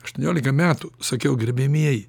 aštuoniolika metų sakiau gerbiamieji